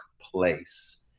place